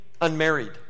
unmarried